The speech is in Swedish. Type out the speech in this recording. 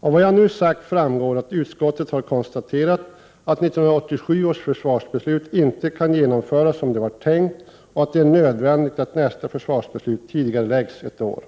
Av vad jag nu sagt framgår att utskottet har konstaterat att 1987 års försvarsbeslut inte kan genomföras som det var tänkt, och att det är nödvändigt att nästa försvarsbeslut tidigareläggs ett år.